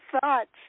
thoughts